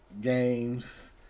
games